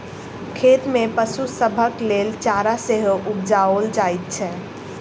खेत मे पशु सभक लेल चारा सेहो उपजाओल जाइत छै